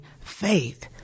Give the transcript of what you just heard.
faith